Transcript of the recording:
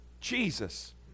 Jesus